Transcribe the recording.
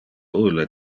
ulle